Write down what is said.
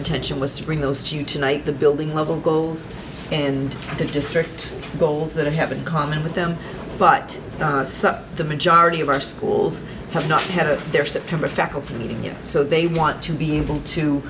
intention was to bring those to you tonight the building level goals and the district goals that i have in common with them but the majority of our schools have not had their september faculty meeting here so they want to be able to